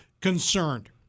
concerned